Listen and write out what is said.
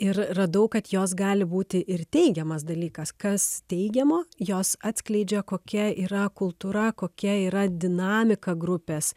ir radau kad jos gali būti ir teigiamas dalykas kas teigiamo jos atskleidžia kokia yra kultūra kokia yra dinamika grupės